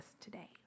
today